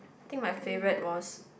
think my favourite was